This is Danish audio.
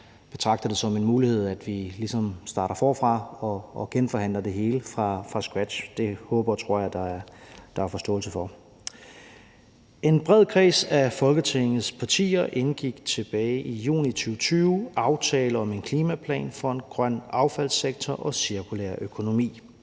jeg betragter det som en mulighed, at vi ligesom starter forfra og genforhandler det hele fra scratch. Det håber og tror jeg der er forståelse for. En bred kreds af Folketingets partier indgik tilbage i juni 2020 aftale om en »Klimaplan for en grøn affaldssektor og cirkulær økonomi«.